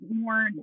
more